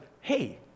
hey